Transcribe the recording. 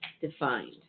defined